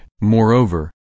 Moreover